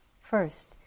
first